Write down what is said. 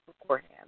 beforehand